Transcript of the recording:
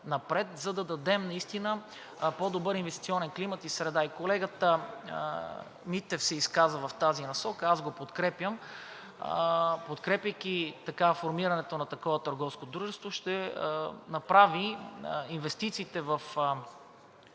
напред, за да дадем наистина по-добър инвестиционен климат и среда. И колегата Митев се изказа в тази насока. Аз го подкрепям. Подкрепяйки формирането на такова търговско дружество, ще направи инвестициите в